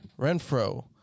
Renfro